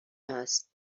هست